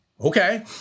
okay